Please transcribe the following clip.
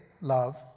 love